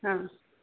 हां